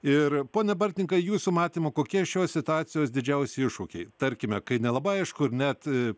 ir pone bartninkai jūsų matymu kokie šios situacijos didžiausi iššūkiai tarkime kai nelabai aišku ir net